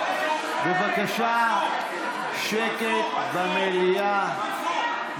בבקשה, שקט במליאה.